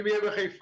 אם יהיה בחיפה,